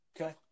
Okay